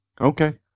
Okay